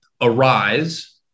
Arise